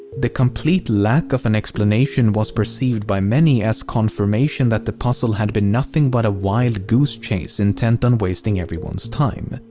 the lack of an explanation was perceived by many as confirmation that the puzzle had been nothing but a wild-goose chase intent on wasting everyones time.